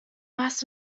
warst